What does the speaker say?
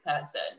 person